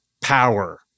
power